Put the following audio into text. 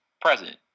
present